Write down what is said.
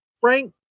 Frank